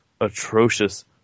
atrocious